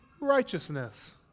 righteousness